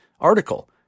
article